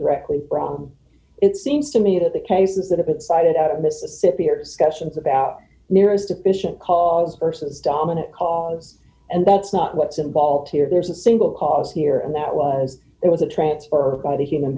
directly from it seems to me that the case is that if it cited out of mississippi or sessions about nearest efficient cause versus dominant cause and that's not what's involved here there's a single cause here and that was there was a transfer by the human